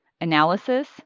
analysis